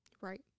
Right